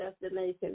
destination